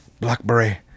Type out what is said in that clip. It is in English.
blackberry